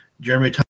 Jeremy